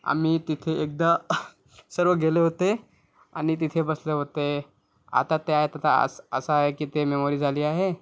आम्ही तिथे एकदा सर्व गेले होते आणि तिथे बसले होते आत्ता त्यात असा आहे की ते मेमोरि झाली आहे